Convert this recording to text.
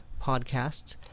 podcasts